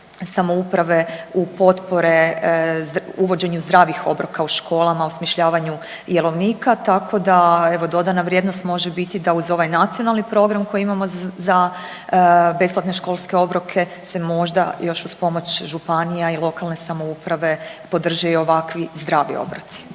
samouprave u potpore uvođenju zdravih obroka u školama, osmišljavanju jelovnika, tako da evo dodana vrijednost može biti da uz ovaj Nacionalni program koji imamo za besplatne školske obroke se možda još uz pomoć županija i lokalne samouprave podrže i ovakvi zdravi obroci.